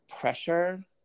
pressure